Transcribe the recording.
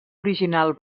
original